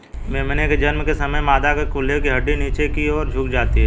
मेमने के जन्म के समय मादा के कूल्हे की हड्डी नीचे की और झुक जाती है